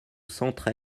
centre